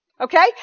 okay